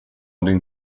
din